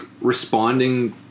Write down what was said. responding